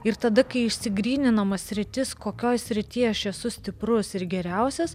ir tada kai išsigryninama sritis kokioj srity aš esu stiprus ir geriausias